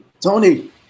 tony